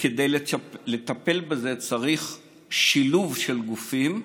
כדי לטפל בזה צריך שילוב של גופים.